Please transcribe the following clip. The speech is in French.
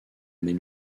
mais